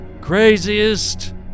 craziest